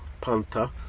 Panta